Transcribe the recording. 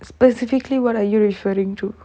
specifically what are you referring to